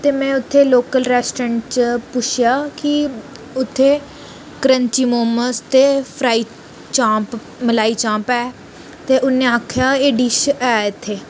ते में उत्थें लोकल रेस्टोरेंट च पुच्छेआ कि उत्थें क्रन्ची मोमंस ते फ्राई चांप मलाई चांप ऐ ते उ'नें आखेआ एह् डिश ऐ इत्थे